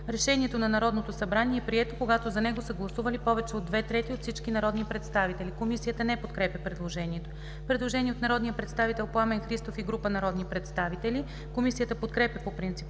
„Решението на Народното събрание е прието, когато за него са гласували повече от две трети от всички народни представители.“ Комисията не подкрепя предложението. Предложение от народния представител Пламен Христов и група народни представители. Комисията подкрепя по принцип